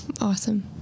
awesome